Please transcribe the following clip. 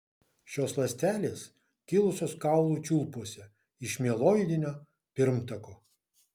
šios ląstelės kilusios kaulų čiulpuose iš mieloidinio pirmtako